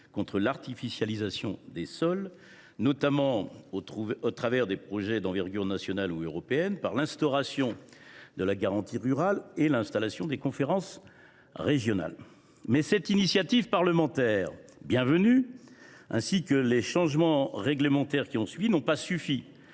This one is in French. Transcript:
renforcer l’accompagnement des élus locaux, notamment autour des projets d’envergure nationale ou européenne, les Pene, par l’instauration de la garantie rurale et l’installation des conférences régionales. Néanmoins, cette initiative parlementaire bienvenue ainsi que les changements réglementaires qui ont suivi n’ont pas suffi